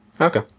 Okay